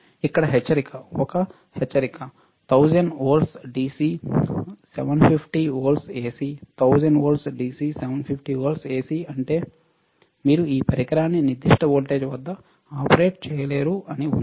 ఇక్కడ హెచ్చరిక ఒక హెచ్చరిక 1000 వోల్ట్ల DC 750 వోల్ట్ల AC 1000' వోల్ట్ DC750 వోల్ట్ల ఎసి అంటే మీరు ఈ పరికరాన్ని నిర్దిష్ట వోల్టేజ్ వద్ద ఆపరేట్ చేయలేరు అని ఉంది